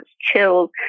chilled